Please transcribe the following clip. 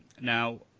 Now